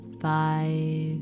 five